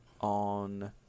on